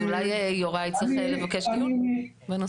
אז אולי יוראי צריך לבקש דיון בנושא.